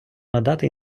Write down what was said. надати